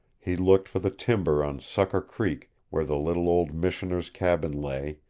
he looked for the timber on sucker creek where the little old missioner's cabin lay,